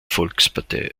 volkspartei